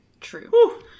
True